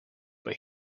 but